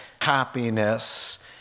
happiness